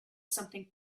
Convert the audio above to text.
something